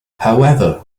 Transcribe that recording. however